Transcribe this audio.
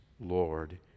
Lord